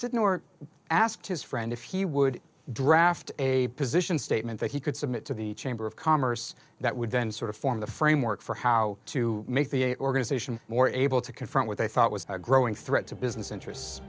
sit in or asked his friend if he would draft a position statement that he could submit to the chamber of commerce that would then sort of form the framework for how to make the organization more able to confront what they thought was a growing threat to business interests